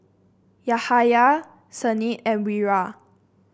Yahaya Senin and Wira